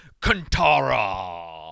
Kantara